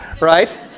right